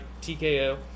TKO